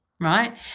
right